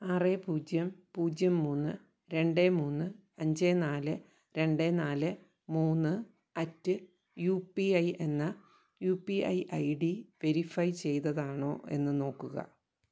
ആറ് പൂജ്യം പൂജ്യം മൂന്ന് രണ്ട് മൂന്ന് അഞ്ച് നാല് രണ്ട് നാല് മൂന്ന് അറ്റ് യു പി ഐ എന്ന U P I I D verify ചെയ്തതാണോ എന്നു നോക്കുക